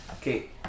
Okay